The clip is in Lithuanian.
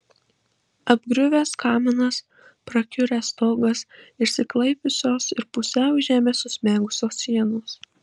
apgriuvęs kaminas prakiuręs stogas išsiklaipiusios ir pusiau į žemę susmegusios sienos